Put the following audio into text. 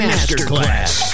Masterclass